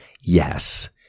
Yes